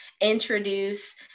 introduce